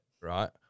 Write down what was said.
right